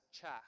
chaff